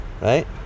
right